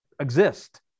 exist